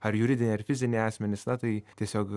ar juridiniai ar fiziniai asmenys na tai tiesiog